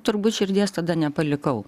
turbūt širdies tada nepalikau